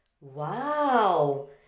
Wow